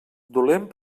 dolent